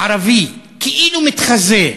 ערבי כאילו מתחזה,